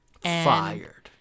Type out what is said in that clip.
Fired